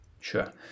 sure